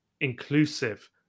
inclusive